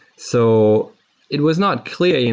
so it was not clear.